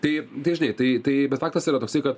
tai tai žinai tai tai bet faktas yra toksai kad